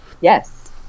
Yes